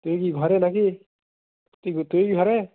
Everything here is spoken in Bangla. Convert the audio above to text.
তুই কি ঘরে না কি তুই ঘরে